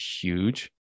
huge